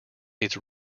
its